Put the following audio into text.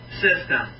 System